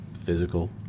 physical